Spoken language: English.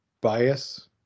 bias